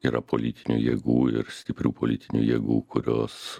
yra politinių jėgų ir stiprių politinių jėgų kurios